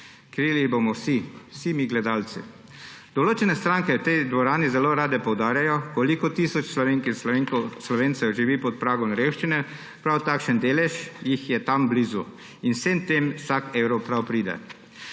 krili jih bomo vsi, vsi mi, gledalci. Določene stranke v tej dvorani zelo rade poudarjajo, koliko tisoč Slovenk in Slovencev živi pod pragom revščine, prav takšen delež jih je tam blizu in vsem tem vsak evro prav pride.